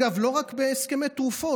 ועוד, אגב, לא רק הסכמי תרופות.